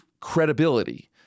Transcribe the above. credibility